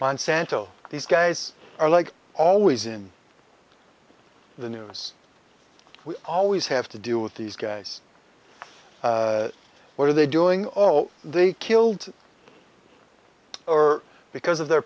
monsanto these guys are like always in the news we always have to deal with these guys what are they doing oh they killed or because of their